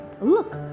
look